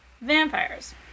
Vampires